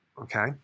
Okay